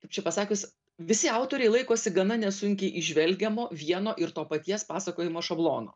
kaip čia pasakius visi autoriai laikosi gana nesunkiai įžvelgiamo vieno ir to paties pasakojimo šablono